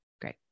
great